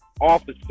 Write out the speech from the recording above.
officer